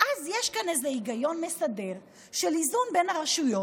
ואז יש כאן איזה היגיון מסדר של איזון בין הרשויות: